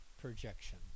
projection